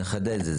שנחדד את זה.